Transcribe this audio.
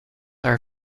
are